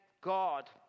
God